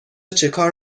چیکار